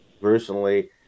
personally